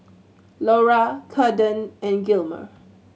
Lora Kaden and Gilmer